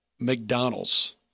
McDonald's